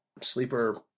Sleeper